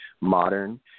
modern